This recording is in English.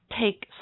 take